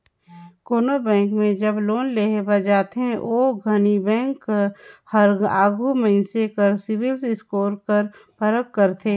कोनो बेंक में जब लोन लेहे बर जाथे ओ घनी बेंक हर आघु मइनसे कर सिविल स्कोर कर परख करथे